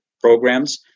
programs